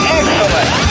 excellent